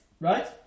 right